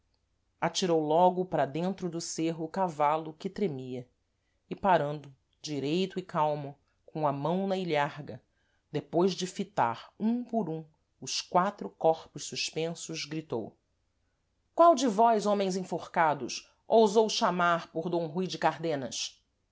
atirou logo para dentro do cêrro o cavalo que tremia e parando direito e calmo com a mão na ilharga depois de fitar um por um os quatro corpos suspensos gritou qual de vós homens enforcados ousou chamar por d rui de cardenas